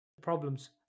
problems